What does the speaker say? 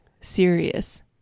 serious